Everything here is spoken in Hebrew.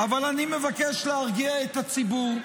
אבל אני מבקש להרגיע את הציבור: